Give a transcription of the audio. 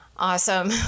Awesome